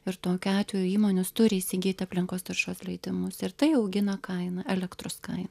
ir tokiu atveju įmonės turi įsigyti aplinkos taršos leidimus ir tai augina kainą elektros kainą